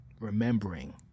remembering